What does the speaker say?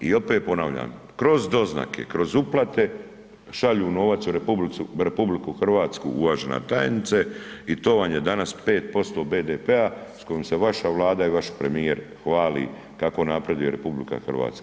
I opet ponavljam, kroz doznake, kroz uplate šalju novac u RH uvažena tajnice i to vam je danas 5% BDP-a s kojom se vaša Vlada i vaš premijer hvali kako napreduje RH.